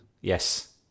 Yes